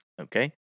Okay